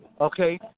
okay